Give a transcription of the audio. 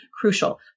crucial